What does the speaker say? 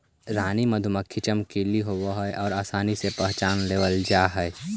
रानी मधुमक्खी चमकीली होब हई आउ आसानी से पहचान लेबल जा हई